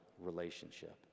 relationship